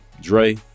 Dre